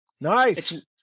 Nice